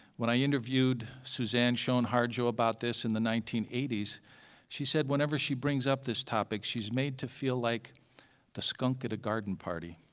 when i interviewed suzan shown harjo about this in the nineteen eighty s she said whenever she brings up this topic she's made to feel like the skunk at a garden party,